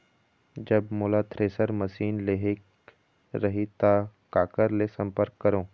जब मोला thresher machine लेहेक रही ता काकर ले संपर्क करों?